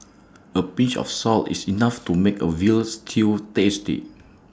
A pinch of salt is enough to make A Veal Stew tasty